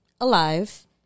alive